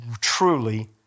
truly